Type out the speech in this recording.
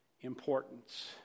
importance